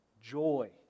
joy